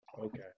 Okay